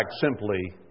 simply